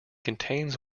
contains